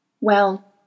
Well